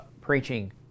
Preaching